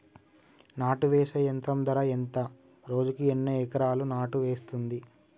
నాటు వేసే యంత్రం ధర ఎంత రోజుకి ఎన్ని ఎకరాలు నాటు వేస్తుంది?